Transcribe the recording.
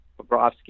Bobrovsky